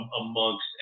amongst